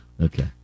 Okay